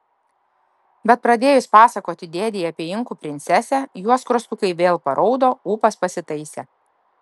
bet pradėjus pasakoti dėdei apie inkų princesę jos skruostukai vėl paraudo ūpas pasitaisė